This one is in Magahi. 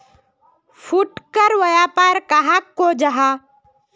फुटकर व्यापार कहाक को जाहा?